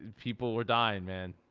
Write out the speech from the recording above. and people were dying man.